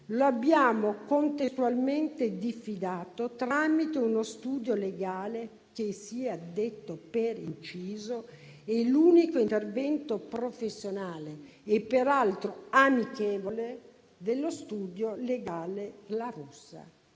lo abbiamo contestualmente diffidato tramite uno studio legale, che - sia detto per inciso - è l'unico intervento professionale, peraltro amichevole, dello studio legale La Russa